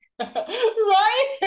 Right